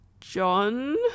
John